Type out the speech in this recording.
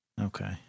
Okay